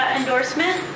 endorsement